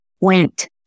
went